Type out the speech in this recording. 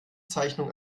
zeichnung